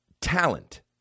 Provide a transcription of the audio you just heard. talent